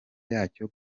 yacyo